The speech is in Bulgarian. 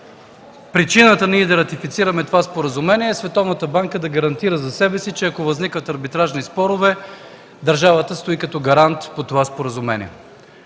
Причината ние да ратифицираме това споразумение е Световната банка да гарантира за себе си, че ако възникват арбитражни спорове, държавата стои като гарант по това споразумение.